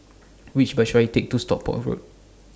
Which Bus should I Take to Stockport Road